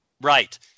Right